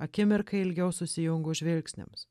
akimirkai ilgiau susijungus žvilgsniams